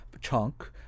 chunk